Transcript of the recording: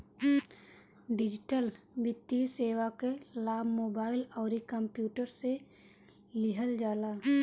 digital वित्तीय सेवा कअ लाभ मोबाइल अउरी कंप्यूटर से लिहल जाला